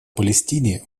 палестине